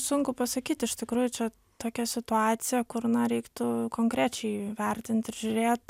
sunku pasakyt iš tikrųjų čia tokia situacija kur na reiktų konkrečiai vertint ir žiūrėt